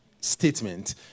statement